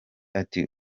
ati